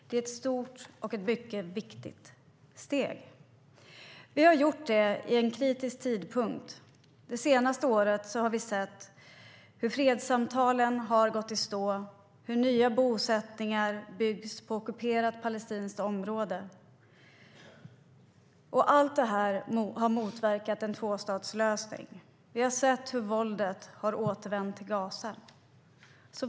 Det är ett stort och mycket viktigt steg. Vi har gjort det vid en kritisk tidpunkt. Det senaste året har vi sett hur fredssamtalen har gått i stå och hur nya bosättningar byggs på ockuperat palestinskt område. Allt detta har motverkat en tvåstatslösning. Vi har sett hur våldet har återvänt till Gaza.